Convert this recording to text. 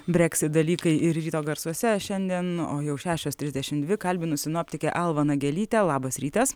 brexit dalykai ir ryto garsuose šiandien o jau šešios trisdešimt dvi kalbinu sinoptikę alvą nagelytę labas rytas